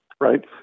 right